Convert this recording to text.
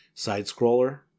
side-scroller